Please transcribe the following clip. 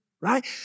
right